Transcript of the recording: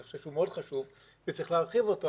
אני חושב שהוא מאוד חשוב וצריך להרחיב אותו,